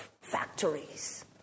factories